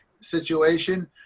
situation